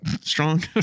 strong